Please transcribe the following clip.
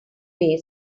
way